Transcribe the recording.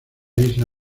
isla